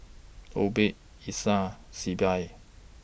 Obed Essa Sibyl